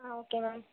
ah okay ma'am